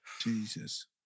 Jesus